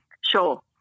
Sure